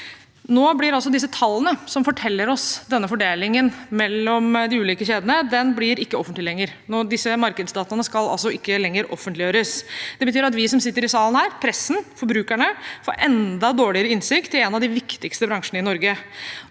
Nå blir tallene som forteller oss denne fordelingen mellom de ulike kjedene, ikke lenger offentlige. Disse markedsdataene skal altså ikke lenger offentliggjøres. Det betyr at vi som sitter i salen her, pressen og forbrukerne får enda dårligere innsikt i en av de viktigste bransjene i Norge.